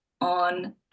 on